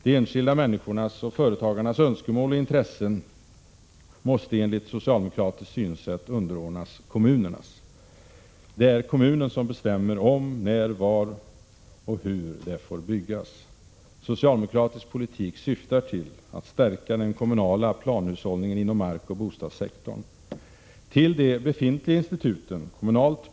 De enskilda människornas och företagarnas önskemål och intressen måste enligt socialdemokratiskt synsätt underordnas kommunernas. Det är kommunen som bestämmer om, när, var och hur det får byggas. Socialdemokratisk politik syftar till att stärka den kommunala planhushåll ningen inom markanvändningsoch bostadssektorn. Till de befintliga instituten kommunalt.